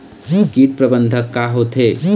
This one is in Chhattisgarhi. कीट प्रबंधन का होथे?